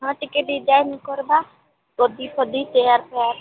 ହଁ ଟିକେ ଡିଜାଇନ୍ କରିବା ଗଦି ଫଦି ଚେୟାର୍ ଫେୟାର୍